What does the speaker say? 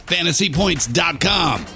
fantasypoints.com